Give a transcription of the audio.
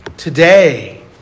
Today